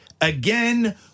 again